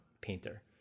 painter